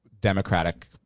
democratic